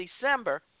December